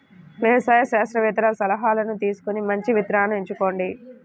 వ్యవసాయ శాస్త్రవేత్తల సలాహాను తీసుకొని మంచి విత్తనాలను ఎంచుకోండి